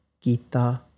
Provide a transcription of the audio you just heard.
Gita